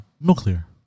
Nuclear